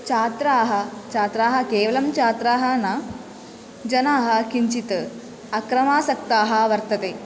छात्राः छात्राः केवलं छात्राः न जनाः किञ्चित् अक्रमासक्ताः वर्तन्ते